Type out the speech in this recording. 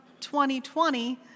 2020